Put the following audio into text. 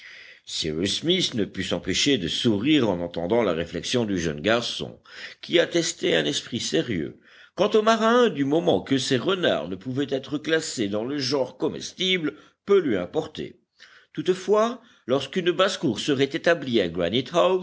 cyrus smith ne put s'empêcher de sourire en entendant la réflexion du jeune garçon qui attestait un esprit sérieux quant au marin du moment que ces renards ne pouvaient être classés dans le genre comestible peu lui importait toutefois lorsqu'une basse-cour serait établie à